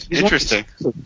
interesting